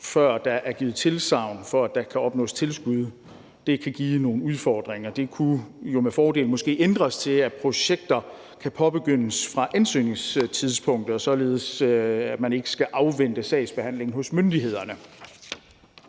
før der er givet tilsagn om, at der kan opnås tilskud. Det kan give nogle udfordringer. Det kunne med fordel måske ændres til, at projekter kan påbegyndes fra ansøgningstidspunktet, således at man ikke skal afvente sagsbehandling hos myndighederne.